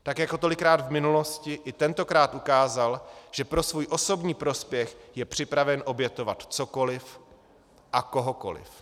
Tak jako tolikrát v minulosti, i tentokrát ukázal, že pro svůj osobní prospěch je připraven obětovat cokoliv a kohokoliv.